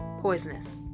poisonous